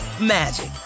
magic